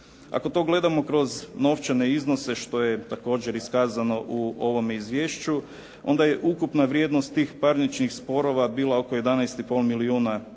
Ako to gledamo kroz novčane iznose što je također iskazano u ovome izvješću onda je ukupna vrijednost tih parničnih sporova bila oko 11,5 milijardi